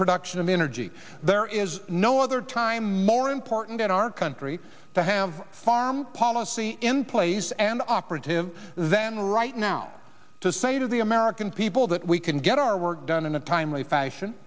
production of energy there is no other time more important in our country to have farm policy in place and operative than right now to say to the american people that we can get our work done in a timely fashion